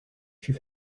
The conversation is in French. fut